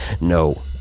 No